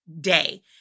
day